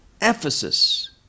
Ephesus